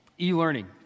e-learning